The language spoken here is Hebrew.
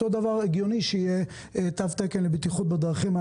הגיוני שיהיה תו תקן לבטיחות בדרכים.